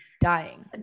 dying